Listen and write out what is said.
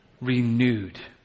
renewed